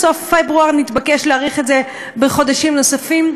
בסוף פברואר נתבקש להאריך את זה בחודשים נוספים.